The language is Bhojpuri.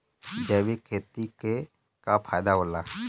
जैविक खेती क का फायदा होला?